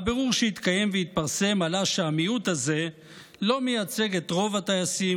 מהבירור שהתקיים והתפרסם עלה שהמיעוט הזה לא מייצג את רוב הטייסים,